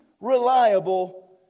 reliable